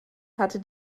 hatte